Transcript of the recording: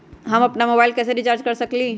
हम अपन मोबाइल कैसे रिचार्ज कर सकेली?